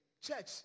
Church